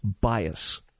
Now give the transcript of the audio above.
bias